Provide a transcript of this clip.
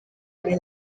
muri